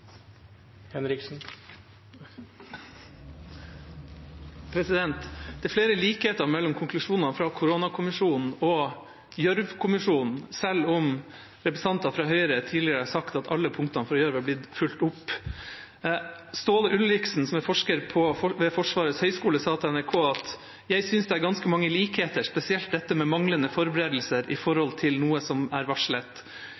flere likheter mellom konklusjonene fra koronakommisjonen og Gjørv-kommisjonen, selv om representanter fra Høyre tidligere har sagt at alle punktene fra Gjørv er blitt fulgt opp. Ståle Ulriksen, som er forsker ved Forsvarets høgskole, sa til NRK: «Jeg synes det er ganske mange likheter, spesielt dette med manglende forberedelser i